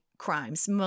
Crimes